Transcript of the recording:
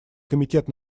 комитет